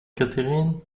catherine